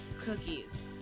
cookies